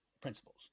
principles